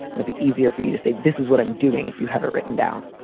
might be easier for you to say this is what i'm doing. if you have it written down.